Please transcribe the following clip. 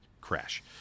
crash